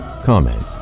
Comment